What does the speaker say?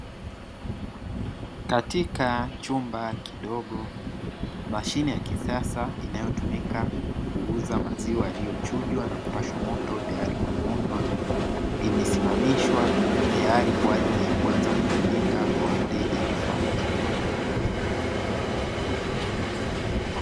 Katika chumba kidogo mashine ya kisasa inayotumika kuuza maziwa yaliyochujwa na kupashwa moto tayari kwa kunywa imesimamishwa tayari kwa ajili ya kuanza kutumika kwa wateja tofauti.